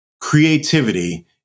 creativity